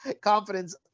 confidence